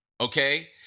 okay